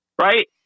Right